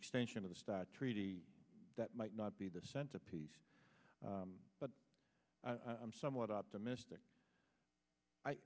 extension of the start treaty that might not be the centerpiece but i'm somewhat optimistic i